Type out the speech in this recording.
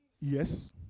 Yes